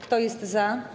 Kto jest za?